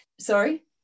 sorry